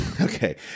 Okay